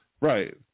Right